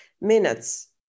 minutes